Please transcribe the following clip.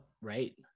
Right